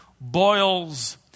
boils